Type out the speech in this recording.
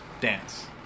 dance